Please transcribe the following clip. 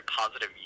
positive